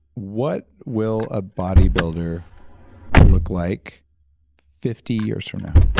what will a bodybuilder look like fifty years from now?